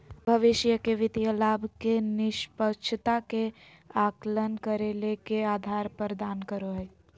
भविष्य के वित्तीय लाभ के निष्पक्षता के आकलन करे ले के आधार प्रदान करो हइ?